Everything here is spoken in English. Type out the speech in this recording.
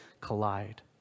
collide